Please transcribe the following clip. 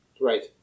Right